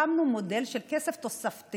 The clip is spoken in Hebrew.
הקמנו מודל של כסף תוספתי,